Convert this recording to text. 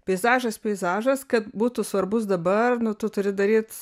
peizažas peizažas kad būtų svarbus dabar tu turi daryt